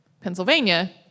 Pennsylvania